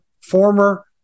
former